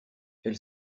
elle